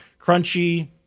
Crunchy